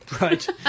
Right